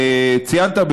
ציינת,